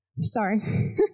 Sorry